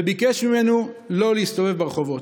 וביקש ממנו לא להסתובב ברחובות.